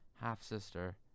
half-sister